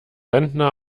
rentner